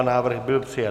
Návrh byl přijat.